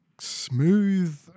smooth